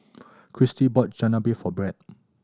Chastity bought Chigenabe for Brett